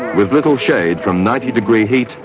with little shade from ninety degree heat,